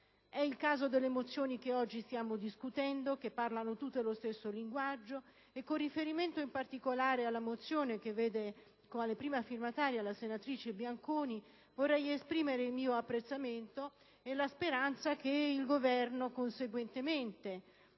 È il caso delle mozioni che oggi stiamo discutendo, che parlano tutte lo stesso linguaggio. Con riferimento particolare alla mozione che vede come prima firmataria la senatrice Bianconi, vorrei esprimere il mio apprezzamento e la speranza che il Governo, conseguentemente,